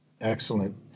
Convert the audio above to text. Excellent